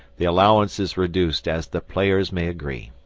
the allowance is reduced as the players may agree.